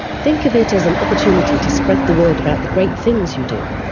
think of it as an opportunity to spread the word about the great things you do.